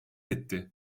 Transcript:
etti